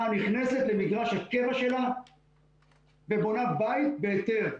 נכנסת למגרש הקבע שלה ובונה בית בהיתר.